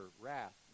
wrath